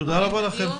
תודה רבה לכם.